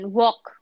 walk